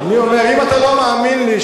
הוא נתן תשובה,